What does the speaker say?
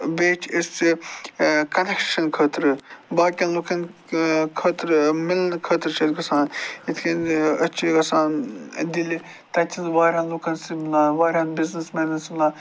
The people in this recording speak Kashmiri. بیٚیہِ چھِ أسۍ کَنَکشَن خٲطرٕ باقِیَن لُکَن خٲطرٕ مِلنہٕ خٲطرٕ چھِ أسۍ گژھان یِتھ کٔنۍ أسۍ چھِ گژھان دِلہِ تَتہِ چھِ واریاہَن لُکَن سۭتۍ مِلان واریاہَن بِزنِس مینَن سۭتۍ مِلان